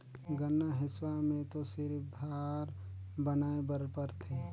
जुन्ना हेसुआ में तो सिरिफ धार बनाए बर परथे